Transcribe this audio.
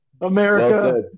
America